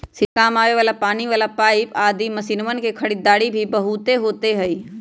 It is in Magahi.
सिंचाई के काम आवे वाला पानी वाला पाईप आदि मशीनवन के खरीदारी भी बहुत होते हई